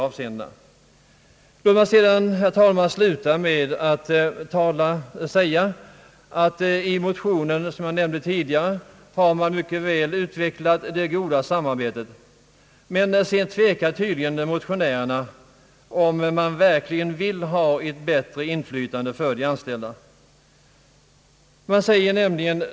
Låt mig, herr talman, sluta med att säga att i motionen, som jag tidigare nämnde, det goda samarbetet har utvecklats mycket väl, men sedan tvekar tydligen motionärerna om man verkligen vill ge de anställda ett bättre inflytande.